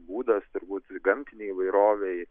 būdas turbūt gamtinei įvairovei